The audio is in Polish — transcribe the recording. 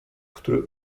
który